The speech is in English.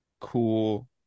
cool